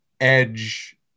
edge